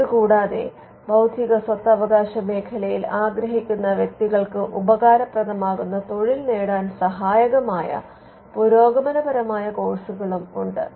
ഇത് കൂടാതെ ബൌദ്ധിക സ്വത്തവകാശ മേഖലയിൽ ആഗ്രഹിക്കുന്ന വ്യക്തികൾക്ക് ഉപകാരപ്രദമാകുന്ന തൊഴിൽ നേടാൻ സഹായകമായ പുരോഗമനപരമായ കോഴ്സുകളും ഉണ്ട്